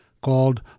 called